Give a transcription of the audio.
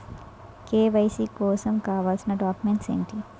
KYC కోసం కావాల్సిన documents ఎంటి?